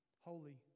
holy